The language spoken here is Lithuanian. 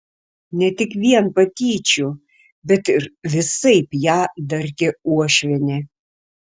ne tik vien patyčių bet ir visaip ją darkė uošvienė